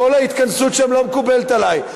כל ההתכנסות שם לא מקובלת עלי.